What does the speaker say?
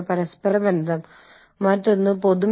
ആ ഓഫീസിൽ ഇരിക്കുന്ന ആളുകൾക്ക് വ്യത്യസ്തമായ ആവശ്യങ്ങളുണ്ടാകും